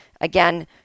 Again